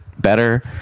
better